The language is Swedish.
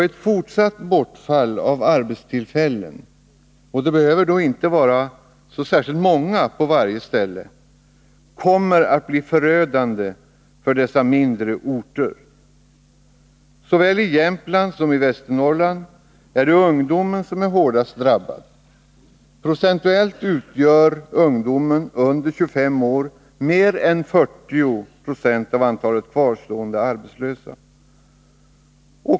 Ett fortsatt bortfall av arbetstillfällen — det behöver då inte röra sig om särskilt många på varje ställe — kommer att bli förödande för dessa mindre orter. , Såväl i Jämtland som i Västernorrland är det ungdomen som är hårdast drabbad. Procentuellt utgör ungdomen under 25 år mer än 40 96 av antalet kvarstående arbetslösa.